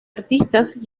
artistas